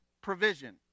provision